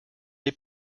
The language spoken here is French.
les